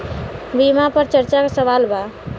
बीमा पर चर्चा के सवाल बा?